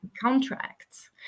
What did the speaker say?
contracts